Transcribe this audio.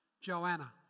Joanna